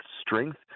strength